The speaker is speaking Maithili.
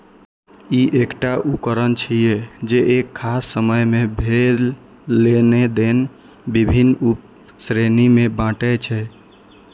ई एकटा उकरण छियै, जे एक खास समय मे भेल लेनेदेन विभिन्न उप श्रेणी मे बांटै छै